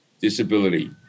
disability